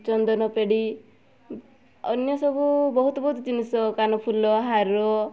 ଚନ୍ଦନ ପେଡ଼ି ଅନ୍ୟ ସବୁ ବହୁତ ବହୁତ ଜିନିଷ କାନଫୁଲ ହାର